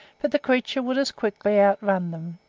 but the creature would as quickly outrun them,